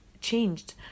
changed